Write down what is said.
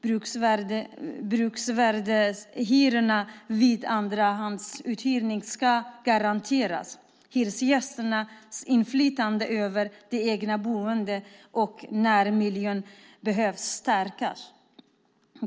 Bruksvärdeshyror vid andrahandsuthyrning ska garanteras. Hyresgästernas inflytande över det egna boendet och närmiljön behöver stärkas.